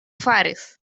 faris